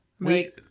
Wait